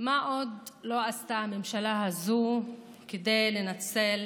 מה עוד לא עשתה הממשלה הזאת כדי לנצל